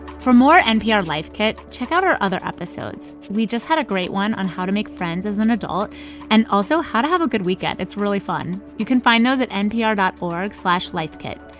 for more npr life kit, check out our other episodes. we just had a great one on how to make friends as an adult and also how to have a good weekend. it's really fun. you can find those at npr dot org slash lifekit.